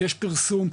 יש פרסום,